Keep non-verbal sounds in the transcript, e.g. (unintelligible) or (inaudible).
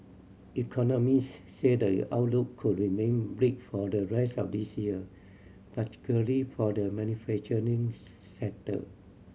economists said the outlook could remain bleak for the rest of this year particularly for the manufacturing (unintelligible) sector